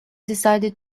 decided